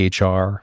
HR